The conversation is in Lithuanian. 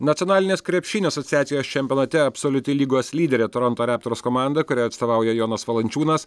nacionalinės krepšinio asociacijos čempionate absoliuti lygos lyderė toronto reptors komanda kuriai atstovauja jonas valančiūnas